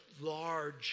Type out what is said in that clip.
large